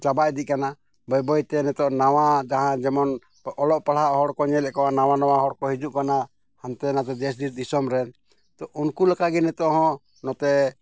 ᱪᱟᱵᱟ ᱤᱫᱤᱜ ᱠᱟᱱᱟ ᱵᱟᱹᱭ ᱵᱟᱹᱭᱛᱮ ᱱᱤᱛᱳᱜ ᱱᱟᱣᱟ ᱡᱟᱦᱟᱸ ᱡᱮᱢᱚᱱ ᱚᱞᱚᱜ ᱯᱟᱲᱦᱟᱜ ᱦᱚᱲ ᱠᱚ ᱧᱮᱞᱮᱫ ᱠᱚᱣᱟ ᱱᱟᱣᱟ ᱱᱟᱣᱟ ᱦᱚᱲ ᱠᱚ ᱦᱤᱡᱩᱜ ᱠᱟᱱᱟ ᱦᱟᱱᱛᱮ ᱱᱟᱛᱮ ᱫᱮᱥ ᱫᱤᱥᱳᱢ ᱨᱮᱱ ᱛᱚ ᱩᱱᱠᱩ ᱞᱮᱠᱟᱜᱮ ᱱᱤᱛᱳᱜ ᱦᱚᱸ ᱱᱚᱛᱮ